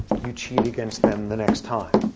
you cheat against them the next time.